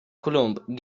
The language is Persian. کلمب